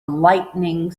lightening